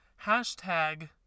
Hashtag